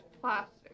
plastic